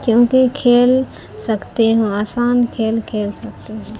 کیونکہ کھیل سکتی ہوں آسان کھیل کھیل سکتی ہوں